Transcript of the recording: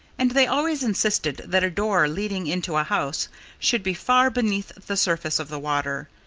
and they always insisted that a door leading into a house should be far beneath the surface of the water,